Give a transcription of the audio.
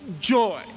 joy